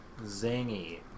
Zangy